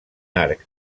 arc